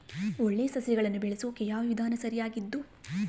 ಒಳ್ಳೆ ಸಸಿಗಳನ್ನು ಬೆಳೆಸೊಕೆ ಯಾವ ವಿಧಾನ ಸರಿಯಾಗಿದ್ದು?